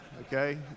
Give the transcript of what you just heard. Okay